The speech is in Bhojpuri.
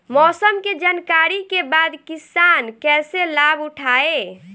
मौसम के जानकरी के बाद किसान कैसे लाभ उठाएं?